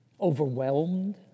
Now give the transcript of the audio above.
overwhelmed